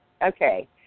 Okay